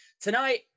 tonight